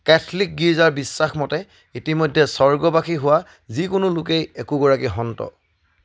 Catholic গীৰ্জাৰ বিশ্বাসমতে ইতিমধ্যে স্বৰ্গবাসী হোৱা যিকোনো লোকেই একোগৰাকী সন্ত